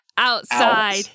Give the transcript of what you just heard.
Outside